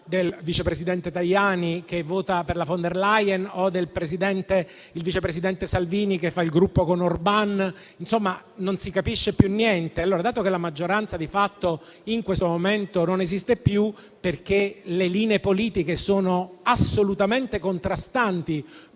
del vice presidente Tajani che vota per la Von der Leyen o quella del vice presidente Salvini che fa gruppo con Orban. Insomma, non si capisce più niente. Dato, allora, che la maggioranza di fatto in questo momento non esiste più, perché le linee politiche sono assolutamente contrastanti